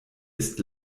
ist